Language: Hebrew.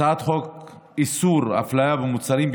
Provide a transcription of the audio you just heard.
הצעת חוק איסור הפליה במוצרים,